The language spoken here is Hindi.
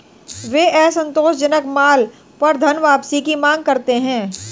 वे असंतोषजनक माल पर धनवापसी की मांग करते हैं